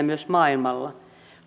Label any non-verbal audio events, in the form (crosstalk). (unintelligible) myös maailmalla